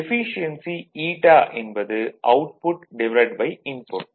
efficiency η என்பது output input